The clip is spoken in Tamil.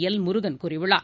எல் முருகன் கூறியுள்ளார்